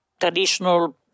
traditional